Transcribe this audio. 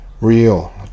Real